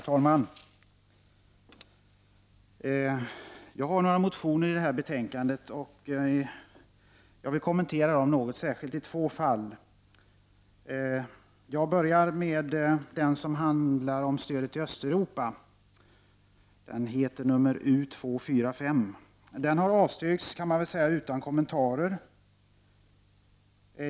Herr talman! I det här betänkandet behandlas några motioner som jag har väckt, och jag vill kommentera dem något, särskilt i två fall. Jag börjar med den motion som handlar om stödet till Östeuropa. Den heter U245. Den har avstyrkts, kan jag väl säga, utan kommentarer.